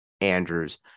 Andrews